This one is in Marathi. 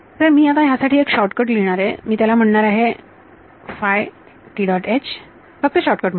तर मी आता यासाठी एक शॉर्टकट लिहिणार आहे मी त्याला म्हणणार आहे फक्त शॉर्टकट म्हणून